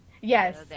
Yes